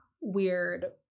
weird